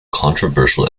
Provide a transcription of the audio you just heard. controversial